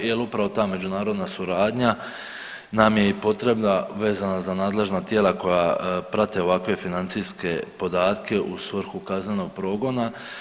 Jer upravo ta međunarodna suradnja nam je i potrebna vezana za nadležna tijela koja prate ovakve financijske podatke u svrhu kaznenog progona.